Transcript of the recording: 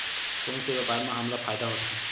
कोन से व्यापार म हमला फ़ायदा होथे?